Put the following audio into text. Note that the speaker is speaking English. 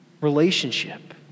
relationship